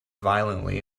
violently